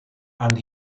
and